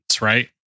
right